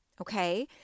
Okay